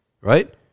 Right